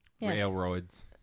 Railroads